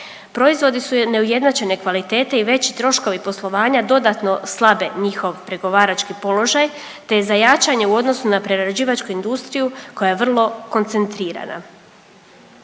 Proizvodi su neujednačene kvalitete i veći troškovi poslovanja dodatno slabe njihov pregovarački položaj te za jačanje u odnosu na prerađivačku industriju koja je vrlo koncentrirana.